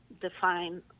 define